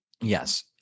Yes